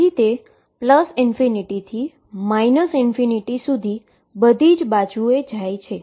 તેથી તે ∞ થી ∞ સુધી બધી જ બાજુએ જાય છે